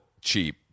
cheap